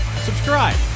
subscribe